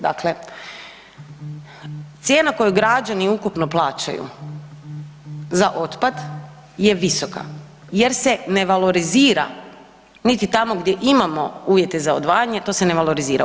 Dakle, cijena koju građani ukupno plaćaju za otpad je visoka jer se ne valorizira niti tamo gdje imamo uvjete za odvajanje, to se ne valorizira.